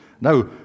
Now